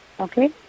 Okay